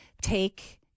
take